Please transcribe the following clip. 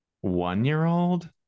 one-year-old